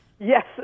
Yes